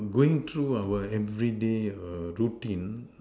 going through our everyday routine